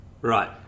right